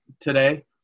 today